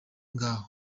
ngaha